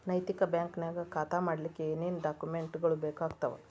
ನೈತಿಕ ಬ್ಯಾಂಕ ನ್ಯಾಗ್ ಖಾತಾ ಮಾಡ್ಲಿಕ್ಕೆ ಏನೇನ್ ಡಾಕುಮೆನ್ಟ್ ಗಳು ಬೇಕಾಗ್ತಾವ?